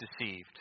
deceived